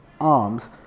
arms